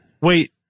Wait